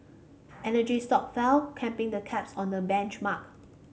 energy stock fell capping the cups on the benchmark